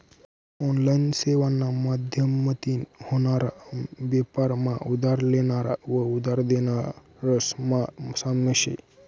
online सेवाना माध्यमतीन व्हनारा बेपार मा उधार लेनारा व उधार देनारास मा साम्य शे